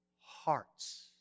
Hearts